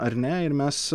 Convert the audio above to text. ar ne ir mes